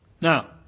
Now